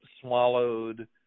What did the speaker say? swallowed